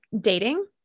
dating